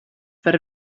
per